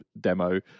demo